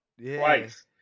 twice